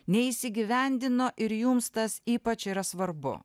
neįsigyvendino ir jums tas ypač yra svarbu